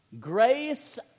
Grace